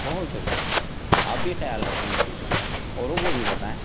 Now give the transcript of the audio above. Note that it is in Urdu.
بہت ضروری ہیں آپ بھی خیال رکھیں ان چیزوں کا اوروں کو بھی بتائیں